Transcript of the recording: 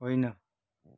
होइन